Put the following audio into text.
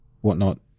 whatnot